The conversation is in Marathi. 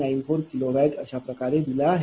94 kWअशाप्रकारे दिला आहे